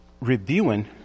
Reviewing